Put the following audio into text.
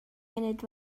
munud